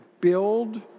build